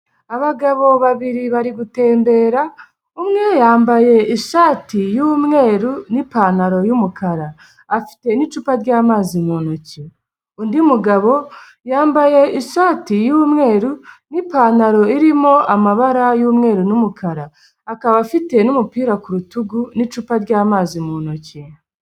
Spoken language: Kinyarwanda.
Abagabo babiri bari gutembera, umwe yambaye ishati y'umweru n'ipantaro y'umukara n'icupa ryamazi mu ntoki undi mugabo yambaye ishati y'umweru n'ipantaro irimo amabara y'umweru n'umukara, akaba afite n'umupira ku rutugu n'icupa rya mazi mu ntoki.